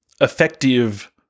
effective